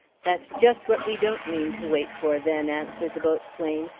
that's just what we don't mean to wait for, then, answered the boatswain,